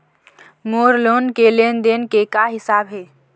मोर loan के लेन देन के का हिसाब हे?